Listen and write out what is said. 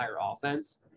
offense